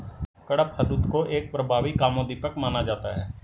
कडपहनुत को एक प्रभावी कामोद्दीपक माना जाता है